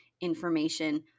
Information